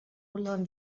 learn